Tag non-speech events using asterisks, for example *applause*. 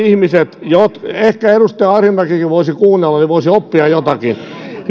*unintelligible* ihmiset ehkä edustaja arhinmäkikin voisi kuunnella niin voisi oppia jotakin